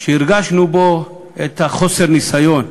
שהרגשנו בו את חוסר הניסיון,